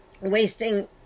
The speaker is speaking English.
wasting